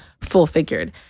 full-figured